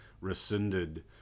rescinded